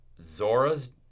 Zora's